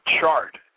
chart